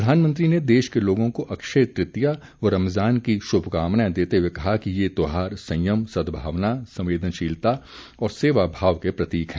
प्रधानमंत्री ने देश के लोगों को अक्षय तृतीया व रमजान की शुभकामनाएं देते हुए कहा कि ये त्यौहार संयम सदभावना संवेदनशीलता और सेवा भाव के प्रतीक हैं